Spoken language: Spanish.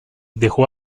dejó